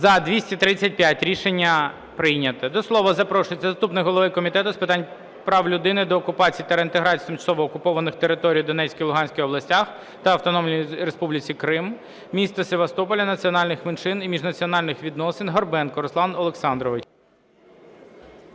За-235 Рішення прийнято. До слова запрошується заступник голови Комітету з питань прав людини, деокупації та реінтеграції тимчасово окупованих територій у Донецькій, Луганській областях та Автономної Республіки Крим, міста Севастополя, національних меншин і міжнаціональних відносин Горбенко Руслан Олександрович.